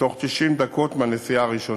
בתוך 90 דקות מהנסיעה הראשונה.